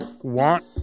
want